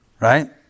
Right